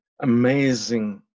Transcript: amazing